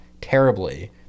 terribly